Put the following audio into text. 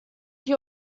hier